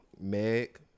Meg